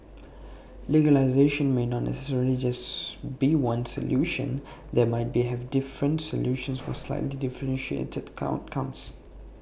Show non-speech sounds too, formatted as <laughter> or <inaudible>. legalization may not necessarily just <noise> be one solution there might be have different solutions for slightly differentiated count comes